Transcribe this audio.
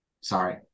sorry